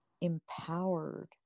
empowered